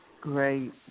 Great